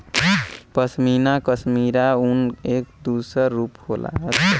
पशमीना कशमीरी ऊन क एक दूसर रूप होला